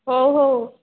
ହଉ ହଉ